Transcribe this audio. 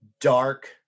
dark